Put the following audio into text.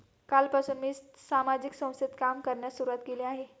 कालपासून मी सामाजिक संस्थेत काम करण्यास सुरुवात केली आहे